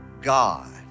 God